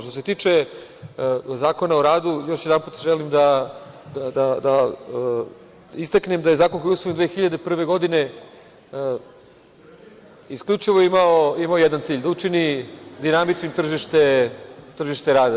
Što se tiče Zakona o radu, još jedanput želim da istaknem da je zakon koji je usvojen 2001. godine isključivo imao jedan cilj - da učini dinamičnim tržište rada.